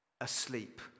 asleep